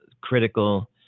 critical